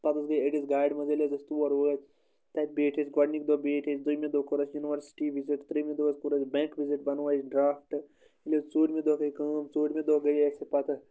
پَتہٕ حظ گٔے أڑِس گاڑِ منٛز ییلہِ حظ أسۍ تور وٲتۍ تَتہِ بیٖٹھۍ أسۍ گۄڈٕنِکۍ دۄہ بیٖٹھۍ أسۍ دٔیمہِ دۄہ کوٚر اَسہِ یونیورسٹی وِزِٹ ترٛیٚمہِ دۄہ حظ کوٚر اَسہِ بٮ۪نٛک وِزِٹ بَنوٚو اَسہِ ڈرٛافٹ ییٚلہِ حظ ژوٗرمہِ دۄہ گٔے کٲم ژوٗرمہِ دۄہ گٔے أسۍ پَتہٕ